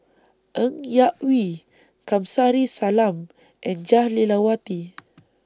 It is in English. Ng Yak Whee Kamsari Salam and Jah Lelawati